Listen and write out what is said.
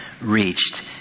reached